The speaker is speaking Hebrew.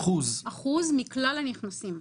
אחוז מכלל הנכנסים.